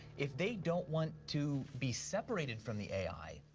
if they don't want to be separated from the a i,